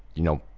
you know,